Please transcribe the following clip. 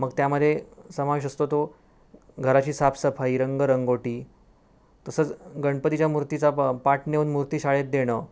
मग त्यामध्ये समावेश असतो तो घराची साफसफाई रंगरंगोटी तसंच गणपतीच्या मूर्तीचा पं पाट नेऊन मूर्तीशाळेत देणं